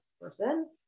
person